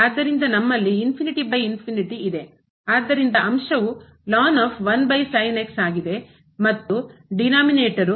ಆದ್ದರಿಂದ ನಮ್ಮಲ್ಲಿ ಇದೆ ಆದ್ದರಿಂದ ಅಂಶವು ಮತ್ತು denominator ಛೇದವು